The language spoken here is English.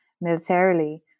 militarily